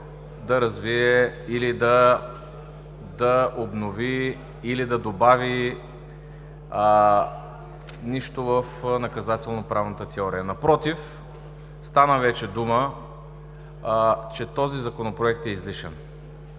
да развие или да обнови, или да добави нещо в наказателно-правната теория. Напротив, стана дума, че този Законопроект е излишен.